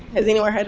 has anyone heard